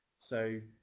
so